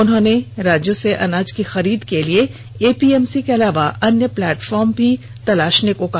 उन्होंने राज्यों से अनाज की खरीद के लिए ए पी एम सी के अलावा अन्य प्लेटफार्म भी तलाषने को कहा